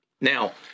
Now